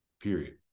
period